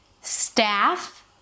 staff